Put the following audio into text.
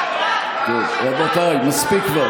שקרן, שקרן, שקרן, שקרן, נוכל,